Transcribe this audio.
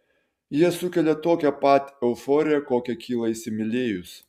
jie sukelia tokią pat euforiją kokia kyla įsimylėjus